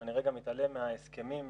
אני רגע מתעלם מההסכמים,